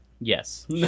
Yes